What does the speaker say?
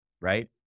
right